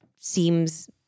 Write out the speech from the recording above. seems